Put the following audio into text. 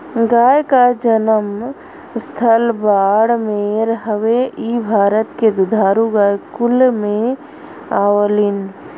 गाय क जनम स्थल बाड़मेर हउवे इ भारत के दुधारू गाय कुल में आवलीन